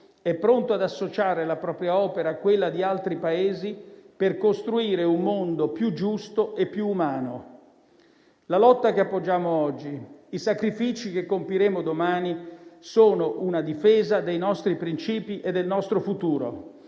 è pronto ad associare la propria opera a quella di altri Paesi per costruire un mondo più giusto e più umano. La lotta che appoggiamo oggi, i sacrifici che compiremo domani sono una difesa dei nostri principi e del nostro futuro